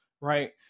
Right